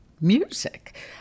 music